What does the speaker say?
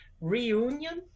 reunion